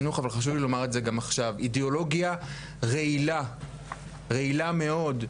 אידיאולוגיה רעילה מאוד,